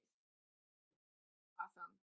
Awesome